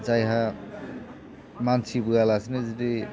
जायहा मानसि बोआलासिनो जुदि